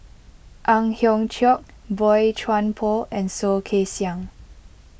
Ang Hiong Chiok Boey Chuan Poh and Soh Kay Siang